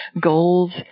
goals